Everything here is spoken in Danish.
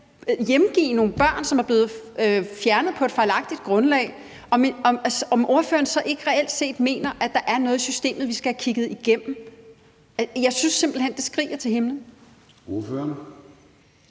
hjemgive nogle børn, som er blevet fjernet på et fejlagtig grundlag, er der så reelt ikke noget i systemet, vi skal have kigget igennem? Jeg synes simpelt hen, det skriger til himlen. Kl.